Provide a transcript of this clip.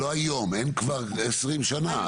זה לא היום, אין כבר 20 שנה.